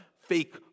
fake